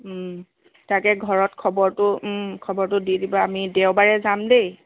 তাকে ঘৰত খবৰটো খবৰটো দি দিবা আমি দেওবাৰে যাম দেই